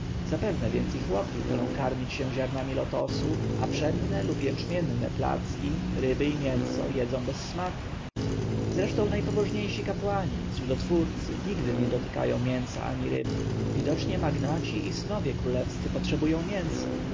więc i chłopi wolą karmić się ziarnami lotosu a pszenne lub jęczmienne placki ryby i mięso jedzą bez smaku zresztą najpobożniejsi kapłani cudotwórcy nigdy nie dotykają mięsa ani ryb widocznie magnaci i synowie królewscy potrzebują mięsa